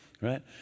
right